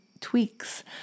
tweaks